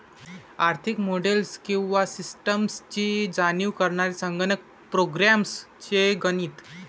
आर्थिक मॉडेल्स किंवा सिस्टम्सची जाणीव करणारे संगणक प्रोग्राम्स चे गणित